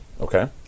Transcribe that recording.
Okay